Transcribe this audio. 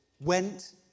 went